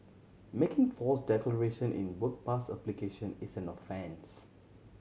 making false declaration in work pass application is an offence